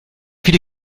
viele